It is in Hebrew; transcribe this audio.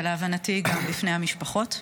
ולהבנתי גם בפני המשפחות,